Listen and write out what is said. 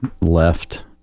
left